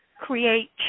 create